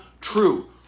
true